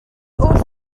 oll